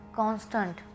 constant